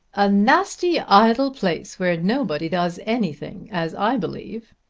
a nasty idle place where nobody does anything as i believe,